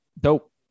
Dope